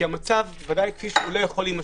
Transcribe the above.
כי המצב לא יכול להימשך.